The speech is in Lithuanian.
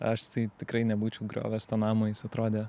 aš tai tikrai nebūčiau griovęs to namo jis atrodė